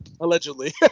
allegedly